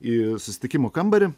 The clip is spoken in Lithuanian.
į susitikimų kambarį